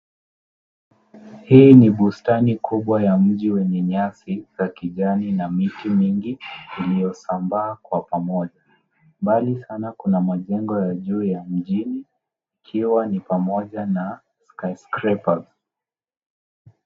Hii ni bustani kubwa ya mji yenye nyasi ya kijani na miti mingi iliosambaa kwa pamoja, mbali sana kuna majengo ya juu ya mjini ikiwa ni pamoja na skyscraper .